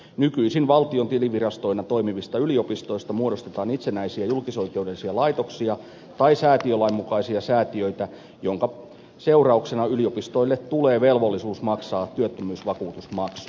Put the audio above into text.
nykyisin valtion tilivirastoina toimivista yliopistoista muodostetaan itsenäisiä julkisoikeudellisia laitoksia tai säätiölain mukaisia säätiöitä minkä seurauksena yliopistoille tulee velvollisuus maksaa työttömyysvakuutusmaksu